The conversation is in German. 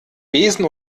besen